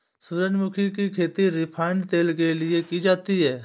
सूरजमुखी की खेती रिफाइन तेल के लिए की जाती है